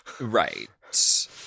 Right